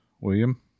William